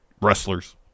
wrestlers